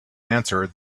answer